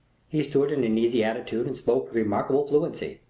he stood in an easy attitude and spoke with remarkable fluency.